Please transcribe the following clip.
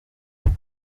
ain